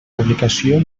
publicació